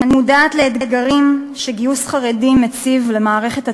אני מודעת לאתגרים שגיוס חרדים מציב למערכת הצה"לית,